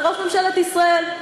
אל ראש ממשלת ישראל.